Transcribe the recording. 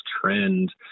trend